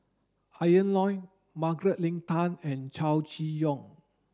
Ian Loy Margaret Leng Tan and Chow Chee Yong